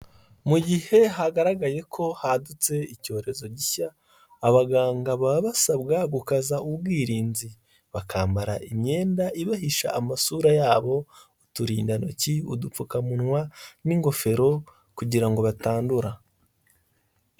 Mu gihe hagaragaye ko hadutse icyorezo gishya abaganga baba basabwa gukaza ubwirinzi, bakambara imyenda ibahisha amasura yabo uturindantoki, udupfukamunwa n'ingofero kugira ngo batandura.